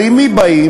הרי מי באים?